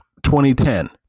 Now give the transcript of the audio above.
2010